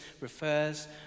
refers